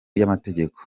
y’amategeko